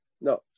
No